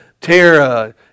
Tara